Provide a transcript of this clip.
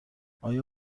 آیا